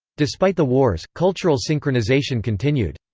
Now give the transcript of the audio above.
despite the wars, cultural synchronisation continued.